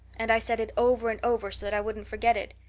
and i said it over and over so that i wouldn't forget it.